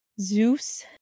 Zeus